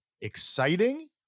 exciting